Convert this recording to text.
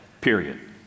Period